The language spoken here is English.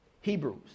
Hebrews